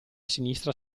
sinistra